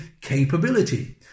capability